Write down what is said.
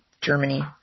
Germany